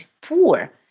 poor